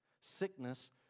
Sickness